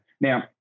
Now